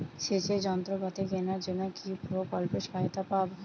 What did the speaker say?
সেচের যন্ত্রপাতি কেনার জন্য কি প্রকল্পে সহায়তা পাব?